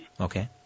Okay